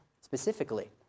specifically